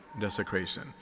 desecration